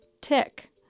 tick